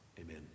Amen